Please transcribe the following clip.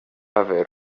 haver